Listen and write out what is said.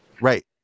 right